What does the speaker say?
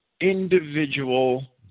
individual